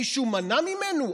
מישהו מנע ממנו?